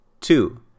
Two